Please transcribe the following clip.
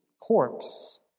corpse—